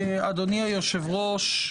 אדוני היושב-ראש,